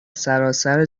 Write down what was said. سراسر